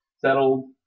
settled